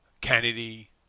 Kennedy